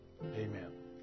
Amen